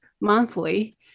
monthly